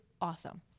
awesome